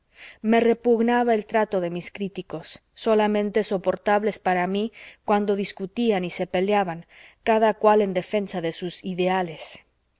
me repugnaba el trato de mis críticos solamente soportables para mí cuando discutían y se peleaban cada cual en defensa de sus ideales